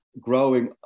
growing